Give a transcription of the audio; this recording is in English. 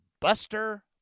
Buster